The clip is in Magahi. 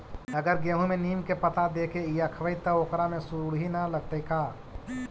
अगर गेहूं में नीम के पता देके यखबै त ओकरा में सुढि न लगतै का?